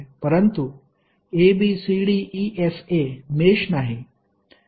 परंतु abcdefa मेष नाही